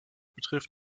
betrifft